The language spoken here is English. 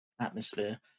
atmosphere